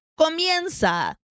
Comienza